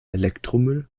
elektromüll